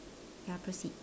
ya proceed